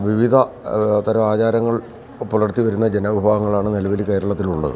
വിവിധ തരം ആചാരങ്ങൾ പുലർത്തി വരുന്ന ജനവിഭാഗങ്ങളാണ് നിലവിൽ കേരളത്തിൽ ഉള്ളത്